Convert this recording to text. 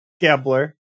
Gambler